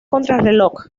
contrarreloj